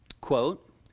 Quote